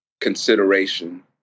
consideration